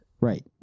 Right